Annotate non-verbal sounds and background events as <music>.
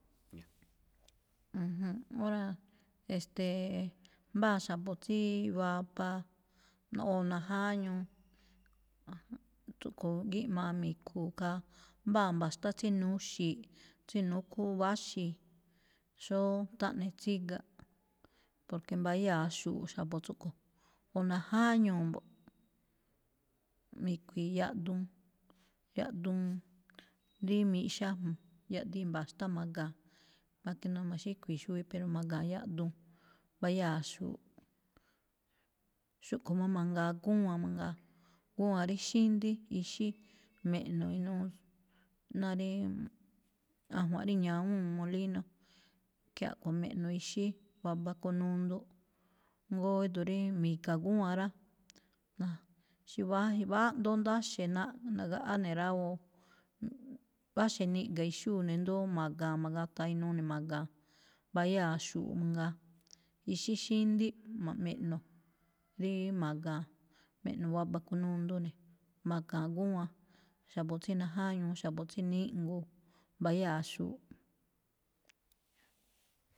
Ju̱ju̱n, óra̱a̱, e̱ste̱e̱, mbáa xa̱bo̱ tsíí babaa o najáñuu, tsúꞌkho̱ gíꞌmaa mi̱khu̱u̱ khaa mbáa mba̱xtá tsí nuxi̱i̱ꞌ, tsí núkú váxi̱i̱, xóó taꞌne tsígaꞌ, porque mbayáa xu̱u̱ꞌ xa̱bo̱ tsúꞌkho̱, o najáñuu̱ mbo̱ꞌ, mi̱khui̱i̱ yaꞌduun, yaꞌduun rí miꞌxá, yaꞌdiin mba̱xtá ma̱ga̱a̱n, aske jndo ma̱xíkhui̱i̱ xuwi, pero ma̱ga̱a̱n yaꞌduun, mbayáa̱ xu̱u̱ꞌ. Xúꞌkho̱ má mangaa gúwan mangaa, gúwan rí xíndí, ixí me̱ꞌno̱ inuu ná ríí ajwa̱nꞌ rí ñajwúun, molino. Ikhín a̱ꞌkho̱ me̱ꞌno̱ ixí, <noise> baba kunundu, jngóo ído̱ rí mi̱ga̱ gúwan rá. Xí váxe̱, váá, ndóo ndáxe̱ naꞌga̱-nagaꞌá ne̱ rá, o váxe̱ niꞌga̱ ixúu ne̱, ndo̱ó ma̱ga̱a̱, ma̱gata̱a inuu ne̱ ma̱ga̱a̱n, mbayáa̱ xu̱u̱ꞌ mangaa. Ixí xíndíꞌ ma̱ꞌ-mi̱ꞌno̱ <noise> ríí ma̱ga̱a̱n, me̱ꞌno̱ waba kunundo ne̱, ma̱ga̱a̱n gúwan xa̱bo̱ tsí najáñuu, xa̱bo̱ tsí níꞌngo̱o̱, mbayáa xu̱u̱ꞌ.